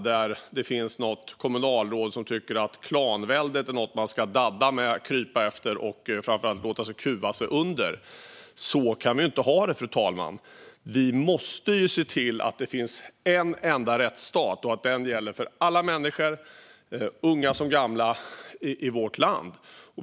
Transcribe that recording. Där finns något kommunalråd som tycker att klanväldet är något som man ska dadda med, krypa efter och framför allt låta sig kuvas under. Fru talman! Så kan vi inte ha det. Vi måste se till att det finns en enda rättsstat. Den gäller för alla människor, unga som gamla, i vårt land.